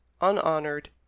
unhonored